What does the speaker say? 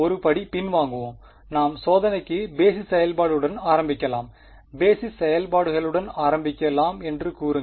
ஒரு படி பின்வாங்குவோம் நாம் சோதனைக்கு வரும் பேஸிஸ் செயல்பாடுகளுடன் ஆரம்பிக்கலாம் பேஸிஸ் செயல்பாடுகளுடன் ஆரம்பிக்கலாம் என்று கூறுங்கள்